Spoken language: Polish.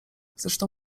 zresztą